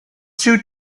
two